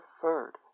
preferred